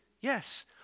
Yes